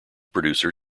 producer